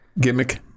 gimmick